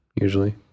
usually